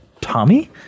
Tommy